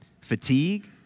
fatigue